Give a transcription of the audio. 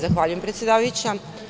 Zahvaljujem predsedavajuća.